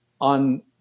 on